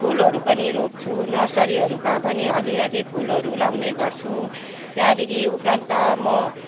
फुलहरू पनि रोप्छु नर्सरीहरूमा पनि अलिअलि फुलहरू लगाउने गर्छु त्यहाँदेखि उप्रान्त म